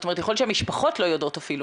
יכול להיות שהמשפחות לא יודעות אפילו.